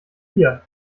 vier